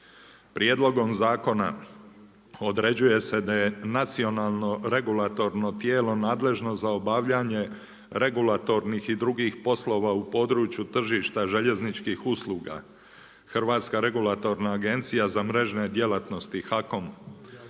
Prijedlogom zakona određuje se da je nacionalno regulatorno tijelo nadležno za obavljanje regulatornih i drugih poslova u području tržišta željezničkih usluga. Hrvatska regulatorna agencija za mrežne djelatnosti, HAKOM.